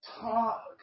talk